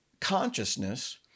consciousness